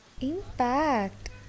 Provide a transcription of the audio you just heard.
Impact